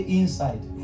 inside